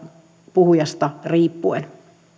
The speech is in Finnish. puhujasta riippuen